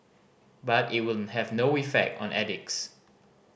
but it will have no effect on addicts